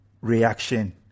reaction